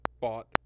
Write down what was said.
bought